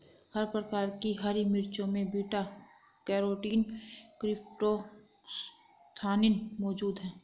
हर प्रकार की हरी मिर्चों में बीटा कैरोटीन क्रीप्टोक्सान्थिन मौजूद हैं